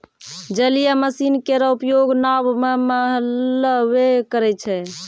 जलीय मसीन केरो उपयोग नाव म मल्हबे करै छै?